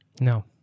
No